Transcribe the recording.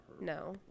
No